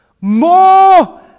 more